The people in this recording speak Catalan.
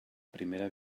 primera